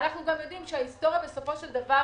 אנחנו גם יודעים שההיסטוריה בסופו של דבר